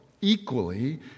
equally